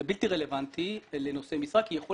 זה בלתי רלוונטי לנושא משרה כי יכול